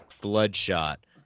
bloodshot